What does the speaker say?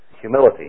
humility